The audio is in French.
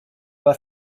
pas